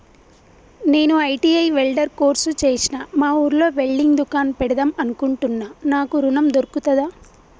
నేను ITI welder course చేశ్న మా ఊర్లో వెల్డింగ్ దుకాన్ పెడదాం అనుకుంటున్నా నాకు ఋణం దొర్కుతదా?